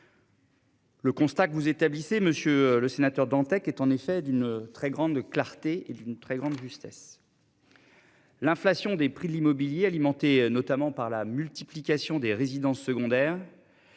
Le constat que vous établissez monsieur le sénateur Dantec est en effet d'une très grande clarté et d'une très grande justesse. L'inflation des prix de l'immobilier alimenté notamment par la multiplication des résidences secondaires.